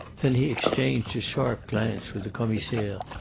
then he exchanged a sharp glance with the commissaire,